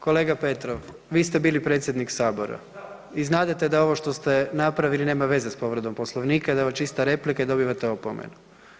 Kolega Petrov, vi ste bili predsjednik sabora i znadete da ovo što ste napravili nema veze s povredom Poslovnika i da je ovo čista replika i dobivate opomenu.